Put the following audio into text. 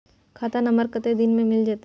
खाता नंबर कत्ते दिन मे मिल जेतै?